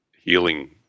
healing